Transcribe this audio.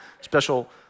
special